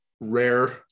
rare